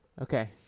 Okay